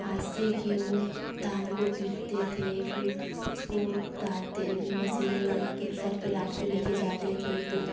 गेहूँ धान को पीटते थे उसको दाँत मसीन में सिर पर लाद कर ले कर जाते थे फिर